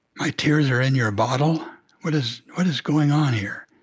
my tears are in your bottle? what is what is going on here?